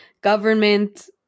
government